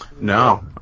No